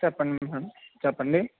చెప్పండి మేడం చెప్పండి